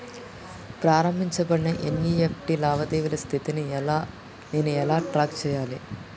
ప్రారంభించబడిన ఎన్.ఇ.ఎఫ్.టి లావాదేవీల స్థితిని నేను ఎలా ట్రాక్ చేయాలి?